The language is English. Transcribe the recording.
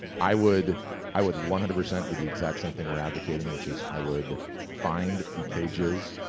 i would i would one hundred percent do the exact same thing where advocating which is i would find the pages,